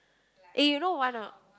eh you know one of